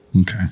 Okay